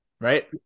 right